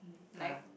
like